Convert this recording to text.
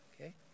Okay